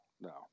no